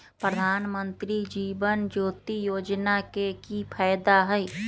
प्रधानमंत्री जीवन ज्योति योजना के की फायदा हई?